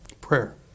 Prayer